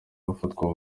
bafatwa